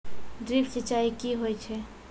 Drip सिंचाई कि होय छै?